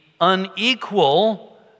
unequal